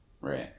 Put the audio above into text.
Right